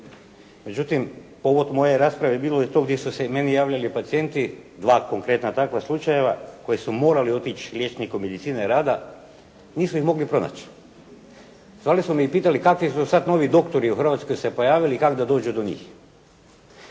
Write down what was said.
Međutim, povod moje rasprave je bilo to gdje su se meni javljali pacijenti, dva konkretna takva sluačajeva koji su morali otići liječniku medicine rada. Nisu ih mogli pronaći. Zvali su me i pitali kakvi su sad novi doktori u Hrvatskoj se pojavili i kak da dođu do njih.